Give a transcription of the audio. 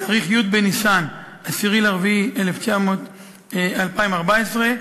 בתאריך י' בניסן, 10 באפריל 2014,